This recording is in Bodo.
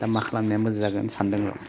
दा मा खालामनाया मोजां जागोन सानदों र'